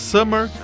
Summer